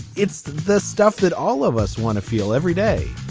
it's the stuff that all of us want to feel every day.